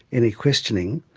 any questioning.